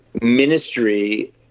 ministry